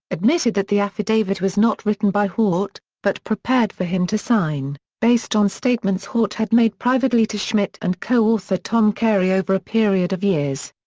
admitted that the affidavit was not written by haut, but prepared for him to sign, based on statements haut had made privately to schmitt and co-author tom carey over a period of years.